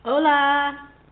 Hola